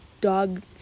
dog